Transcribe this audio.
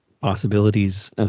possibilities